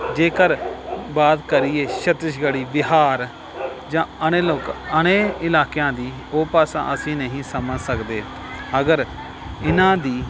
ਜੇਕਰ ਬਾਤ ਕਰੀਏ ਛੱਤੀਸਗੜ੍ਹੀ ਬਿਹਾਰ ਜਾਂ ਅਨਿਲਕ ਅਨੇ ਇਲਾਕਿਆਂ ਦੀ ਉਹ ਭਾਸ਼ਾ ਅਸੀਂ ਨਹੀਂ ਸਮਝ ਸਕਦੇ ਅਗਰ ਇਹਨਾਂ ਦੀ